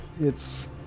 It's